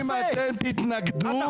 תתנגדו,